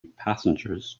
passengers